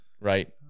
Right